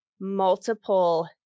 multiple